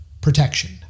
protection